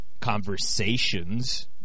conversations